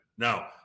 Now